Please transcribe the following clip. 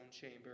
chamber